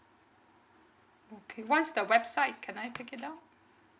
okay what's the website can I take it down